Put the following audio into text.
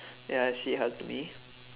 ya she helped me